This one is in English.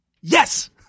yes